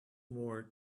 more